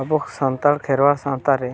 ᱟᱵᱚ ᱥᱟᱱᱛᱟᱲ ᱠᱷᱮᱨᱣᱟᱲ ᱥᱟᱶᱛᱟᱨᱮ